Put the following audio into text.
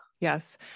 Yes